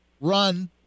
run